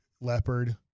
leopard